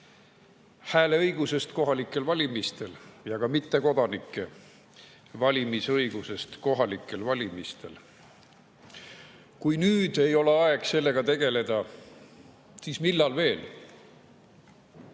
hääleõigusest kohalikel valimistel ja ka mittekodanike valimisõigusest kohalikel valimistel. Kui nüüd ei ole aeg sellega tegeleda, siis millal veel?